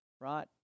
right